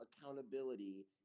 accountability